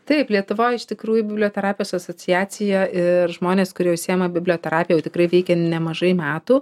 taip lietuvoje iš tikrųjų biblioterapijos asociacija ir žmonės kurie užsiima biblioterapija jau tikrai veikia nemažai metų